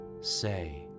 say